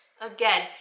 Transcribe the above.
Again